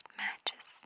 matches